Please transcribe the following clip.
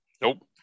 Nope